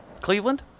Cleveland